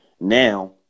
now